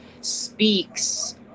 speaks